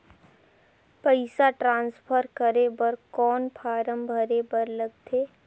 पईसा ट्रांसफर करे बर कौन फारम भरे बर लगथे?